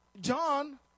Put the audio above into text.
John